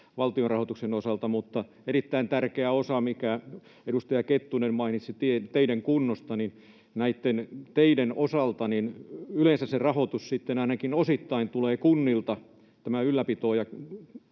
valtionrahoituksen osalta. Erittäin tärkeä osa, minkä edustaja Kettunen mainitsi teiden kunnosta, on se, että näiden teiden osalta se rahoitus tulee yleensä ainakin osittain kunnilta, tämä ylläpito,